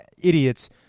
idiots –